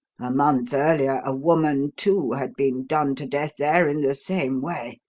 a month earlier a woman, too, had been done to death there in the same way.